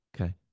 Okay